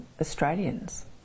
Australians